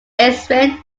ezrin